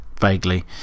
Vaguely